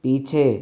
पीछे